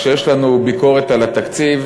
כשיש לנו ביקורת על התקציב,